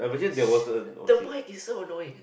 is the mike is so annoying